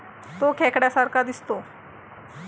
तो खेकड्या सारखा दिसतो